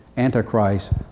Antichrist